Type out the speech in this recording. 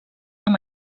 amb